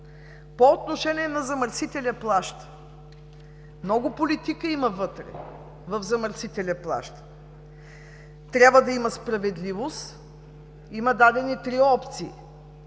По отношение на „замърсителят плаща“ – много политика има вътре. Трябва да има справедливост. Има дадени три опции.